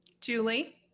Julie